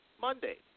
Monday